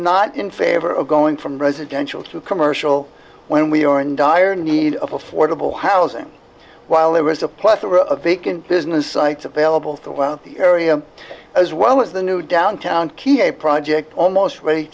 not in favor of going from residential to commercial when we are in dire need of affordable housing while there is a plethora of vacant business sites available throughout the area as well as the new downtown key a project almost ready